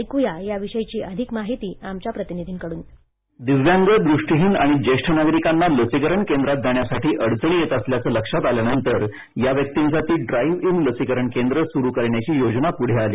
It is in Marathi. ऐक्या याविषयी अधिक या माहिती आमच्या प्रतिनिधीकडून स्क्रिप्ट दिव्यांगदृष्टिहीन आणि ज्येष्ठ नागरिकांना लसीकरण केंद्रात जाण्यासाठी अडचणी येत असल्याचं लक्षात आल्यानंतर या व्यक्तींसाठी ड्राईव्ह इन लसीकरण केंद्र सुरू करण्याची योजना पुढे आली